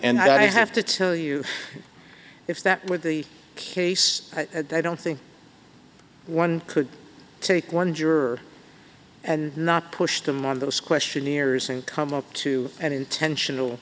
and i have to tell you if that were the case i don't think one could take one juror and not push them on those questionnaires and come up to an